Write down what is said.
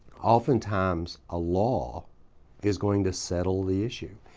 oftentimes a law is going to settle the issue.